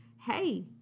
hey